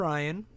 Ryan